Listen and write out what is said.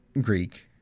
Greek